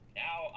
now